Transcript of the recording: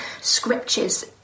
scriptures